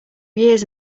years